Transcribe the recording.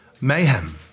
Mayhem